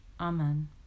Amen